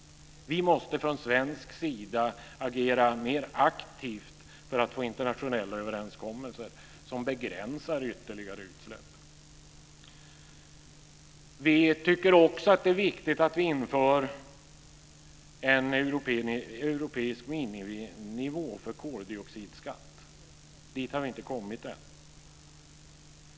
Vi måste från svensk sida agera mer aktivt för att få internationella överenskommelser som begränsar ytterligare utsläpp. Vi tycker också att det är viktigt att vi inför en europeisk miniminivå för koldioxidskatt. Dit har vi inte kommit än.